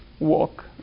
walk